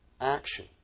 action